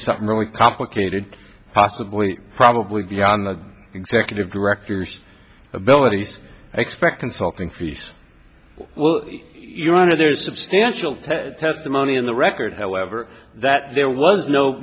something really complicated possibly probably beyond the executive directors ability and expect consulting fees well your honor there's substantial testimony in the record however that there was no